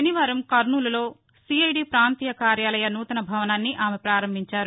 శనివారం కర్నూలులో సీఐదీ ప్రాంతీయ కార్యాలయ నూతన భవనాన్ని ఆమె ప్రారంభించారు